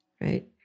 right